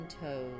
toes